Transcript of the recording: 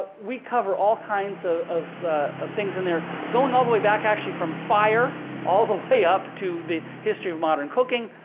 we cover all kinds ah of of things in there going all the way back, actually, from fire, all the way up to the history of modern cooking.